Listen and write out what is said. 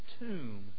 tomb